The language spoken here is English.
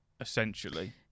essentially